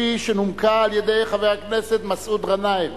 שנומקה על-ידי חבר הכנסת מסעוד גנאים,